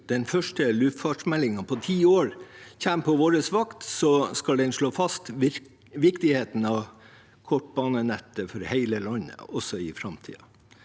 den første luftfartsmeldingen på ti år kommer på vår vakt, skal den slå fast viktigheten av kortbanenettet for hele landet, også i framtiden.